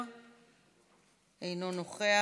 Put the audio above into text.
משרד המשפטים וגם שר המשפטים עשו מעשה,